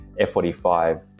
F45